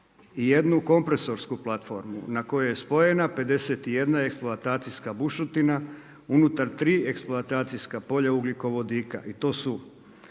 i jednu kompresorsku platformu na koju je spojena 51 eksploatacijska bušotina unutar tri eksploatacijska polja ugljikovodika i to su